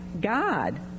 god